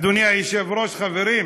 אדוני היושב-ראש, חברים,